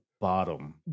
bottom